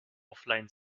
offline